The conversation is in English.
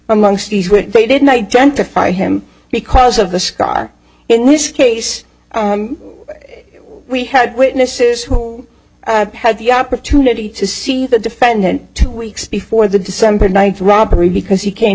when they didn't identify him because of the scar in this case we had witnesses who had the opportunity to see the defendant two weeks before the december ninth robbery because he came